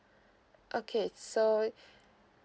okay so